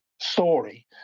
story